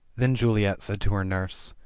then juliet said to her nurse.